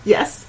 Yes